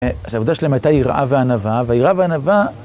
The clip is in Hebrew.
אז העבודה שלהם הייתה יראה וענווה, והיראה והענווה...